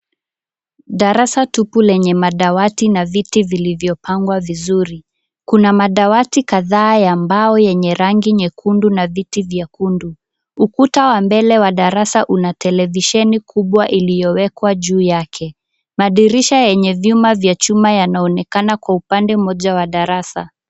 Darasa tupu lenye madawati na viti vilivyopangwa vizuri. Kuna madawati kadhaa ya mbao ya rangi nyekundu na viti vyekundu. Ukuta wa mbele ya darasa una televisheni kubwa iliyowekwa juu yake. Madirisha yenye vyuma yanaonekana kwenye upande mmoja wa darasa.